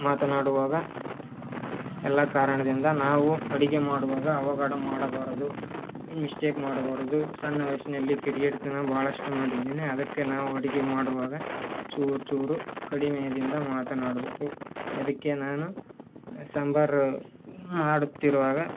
ಮಾತನಾಡುವಾಗ ಎಲ್ಲ ಕಾರಣದಿಂದ ನಾವು ಅಡುಗೆ ಮಾಡುವಾಗ ಅವಘಡ ಮಾಡಬಾರದು ಈ ಮಿಸ್ಟೇಕ್ ಮಾಡಬಾರದು ಸಣ್ಣ ವಯಸ್ಸಿನಲ್ಲಿ ಕಿಡಿಗೇಡಿತನ ಭಾಳಷ್ಟು ಮಾಡಿದ್ದೇನೆ ಅದಕ್ಕೆ ನಾವು ಅಡುಗೆ ಮಾಡುವಾಗ ಚೂರು ಚೂರು ಕಡಿಮೆಯಿಂದ ಮಾತನಾಡುವುದು ಇದಕ್ಕೆ ನಾನು ಸಾಂಬಾರು ಮಾಡುತ್ತಿರುವಾಗ